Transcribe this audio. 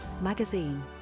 magazine